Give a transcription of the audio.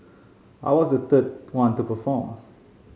I was the third one to perform